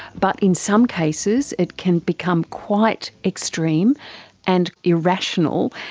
but in some cases it can become quite extreme and irrational,